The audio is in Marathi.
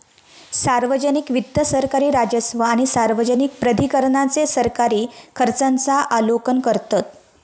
सार्वजनिक वित्त सरकारी राजस्व आणि सार्वजनिक प्राधिकरणांचे सरकारी खर्चांचा आलोकन करतत